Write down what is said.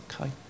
Okay